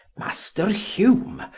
master hume,